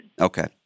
Okay